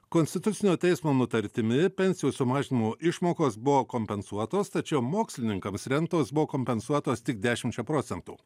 konstitucinio teismo nutartimi pensijų sumažinimo išmokos buvo kompensuotos tačiau mokslininkams rentos buvo kompensuotos tik dešimčia procentų